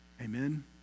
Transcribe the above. Amen